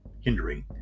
hindering